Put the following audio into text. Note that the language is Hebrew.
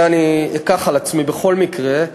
את זה אני אקח על עצמי בכל מקרה,